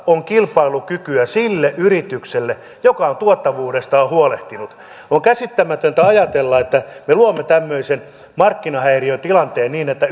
on kilpailukykyä sille yritykselle joka on tuottavuudestaan huolehtinut on käsittämätöntä ajatella että me luomme tämmöisen markkinahäiriötilanteen niin että